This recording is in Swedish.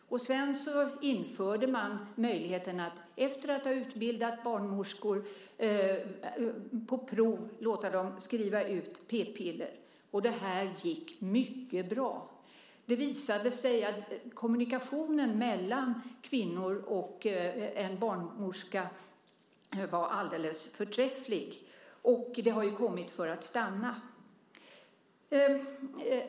Sedan, efter att ha utbildat barnmorskor, införde man på prov möjligheterna att låta dem skriva ut p-piller. Det gick mycket bra. Det visade sig att kommunikationen mellan kvinnor och en barnmorska var alldeles förträfflig, och det har kommit för att stanna.